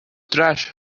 trash